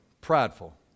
Prideful